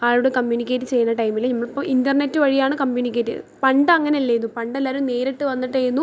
ആളോട് കമ്മ്യൂണിക്കേറ്റ് ചെയ്യണ ടൈമിൽ നമ്മളിപ്പോൾ ഇൻ്റർനെറ്റ് വഴിയാണ് കമ്മ്യൂണിക്കേറ്റ് പണ്ട് അങ്ങനെ അല്ലെനു പണ്ട് എല്ലാവരും നേരിട്ട് വന്നിട്ട് ആയിന്നു